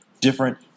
different